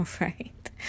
Right